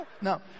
No